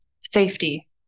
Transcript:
safety